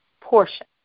portion